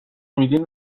میدین